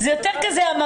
זה יותר עממי.